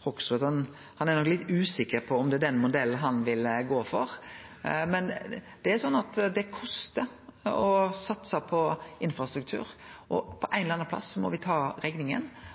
Hoksrud at han er nok litt usikker på om det er den modellen han vil gå for. Men det er sånn at det kostar å satse på infrastruktur, og på ein eller annan plass må me ta rekninga.